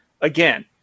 Again